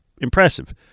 impressive